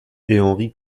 henri